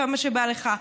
כמה שבא לך.